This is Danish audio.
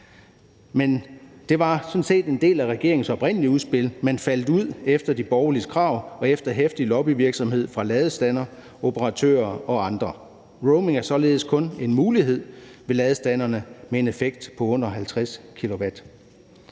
og det var sådan set en del af regeringens oprindelige udspil, men det faldt ud efter de borgerliges krav og efter heftig lobbyvirksomhed fra ladestanderoperatører og andre. Roaming er således kun en mulighed ved ladestanderne med en effekt på under 50 kW.